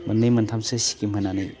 मोननै मोनथामसो सिकिम होनानै